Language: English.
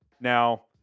Now